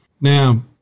Now